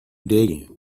digging